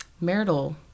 Marital